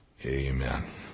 Amen